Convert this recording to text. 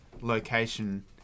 location